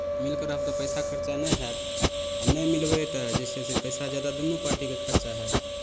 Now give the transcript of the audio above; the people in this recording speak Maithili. मिलि कऽ रहब तऽ पैसा खरचा नहि हैत आ नहि मिलबै तऽ जे छै से पैसा जादा दुनू पार्टीके खरचा हैत